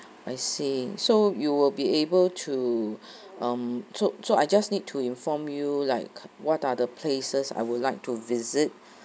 I see so you will be able to um so so I just need to inform you like what are the places I would like to visit